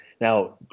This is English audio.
Now